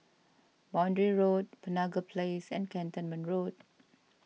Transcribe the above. Boundary Road Penaga Place and Cantonment Road